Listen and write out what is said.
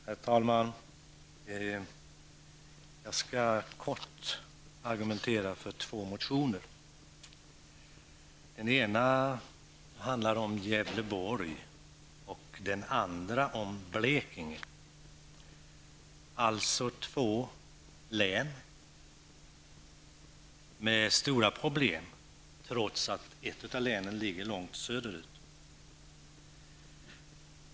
Herr talman! Jag skall kortfattat argumentera för två motioner. Det ena handlar om Gävleborg och den andra om Blekinge, dvs. två län med stora problem, trots att ett av länen ligger lång söderut.